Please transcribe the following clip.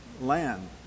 land